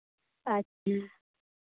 ᱟᱪᱪᱷᱟ